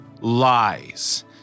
lies